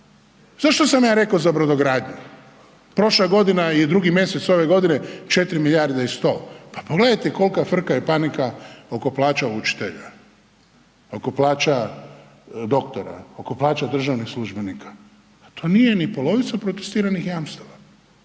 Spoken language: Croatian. Zašto sam ja rekao za brodogradnju? Prošla godina i 2. mj. ove godine 4 milijarde i 100. Pa pogledate kolika frka i panika oko plaća učitelja. Oko plaća doktora, oko plaća državnih službenika, pa to nije ni polovica protestiranih jamstava.